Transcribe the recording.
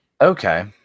Okay